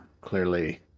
clearly